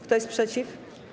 Kto jest przeciw?